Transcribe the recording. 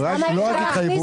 אימאן.